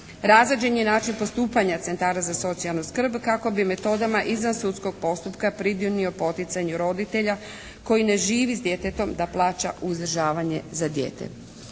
Razrađen je način postupanja centara za socijalnu skrb kako bi metodama izvansudskog postupka pridonio poticanju roditelja koji ne živi s djetetom da plaća uzdržavanje za dijete.